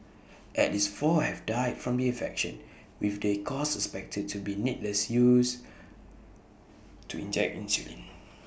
at least four have died from the infection with the cause suspected to be needles used to inject insulin